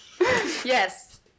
Yes